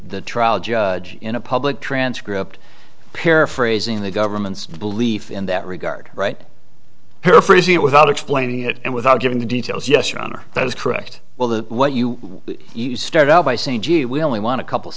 trial judge in a public transcript paraphrasing the government's belief in that regard right paraphrasing it without explaining it and without giving details yes your honor that is correct well that what you you start out by saying gee we only want a couple